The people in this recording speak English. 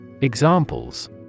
Examples